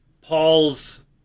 Paul's